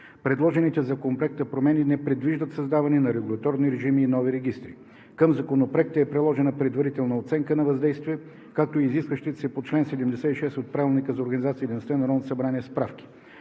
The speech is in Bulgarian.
Предложените в Законопроекта промени не предвиждат създаването на регулаторни режими и нови регистри. Към Законопроекта е приложена Предварителна оценка на въздействието, както и изискващите се по чл. 76 от Правилника за организацията и